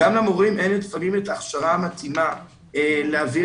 למורים אין לפעמים את ההכשרה המתאימה להעביר